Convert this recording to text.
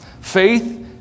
Faith